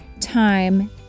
time